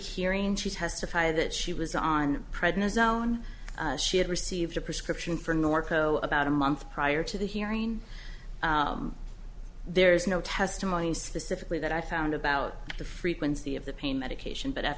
hearing she testify that she was on prednisone she had received a prescription for norco about a month prior to the hearing there is no testimony specifically that i found about the frequency of the pain medication but at